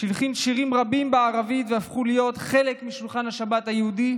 הלחין שירים רבים בערבית שהפכו להיות חלק משולחן השבת היהודי,